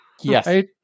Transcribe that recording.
Yes